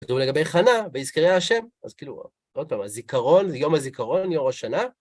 כתוב לגבי חנה, וייזכרה ה', אז כאילו, עוד פעם, הזיכרון, יום הזיכרון, ראש השנה,